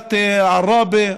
עיריית עראבה,